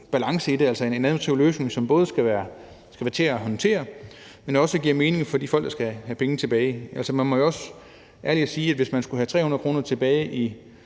balance i det, altså en administrativ løsning, som både skal være til at håndtere, men også giver mening for de folk, der skal have penge tilbage. Man må også være ærlig og sige, at hvis man skulle have 300 kr. tilbage i